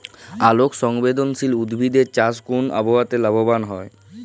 আলোক সংবেদশীল উদ্ভিদ এর চাষ কোন আবহাওয়াতে লাভবান হয়?